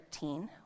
13